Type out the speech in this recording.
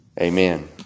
Amen